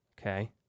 Okay